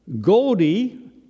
Goldie